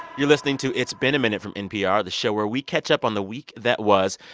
you're listening to it's been a minute from npr, the show where we catch up on the week that was.